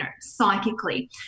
psychically